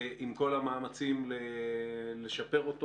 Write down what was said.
ועם כל המאמצים לשפר אותו